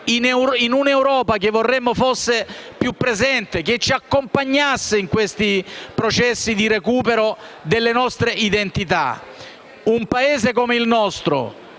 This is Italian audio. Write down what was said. in un'Europa che vorremmo ci accompagnasse in questi processi di recupero delle nostre identità. Un Paese come il nostro,